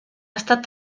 estat